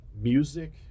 Music